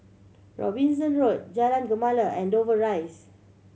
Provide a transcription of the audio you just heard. Robinson Road Jalan Gemala and Dover Rise